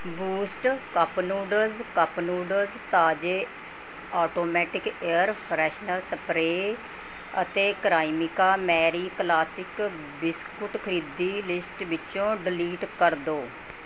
boost cup noodles cup noodles ਤਾਜ਼ੇ automatic air freshener spray ਅਤੇ Cremica Marie classic biscuit ਖਰੀਦੀ list ਵਿੱਚੋਂ delete ਕਰ ਦਿਉ